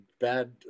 bad